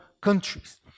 countries